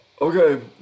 Okay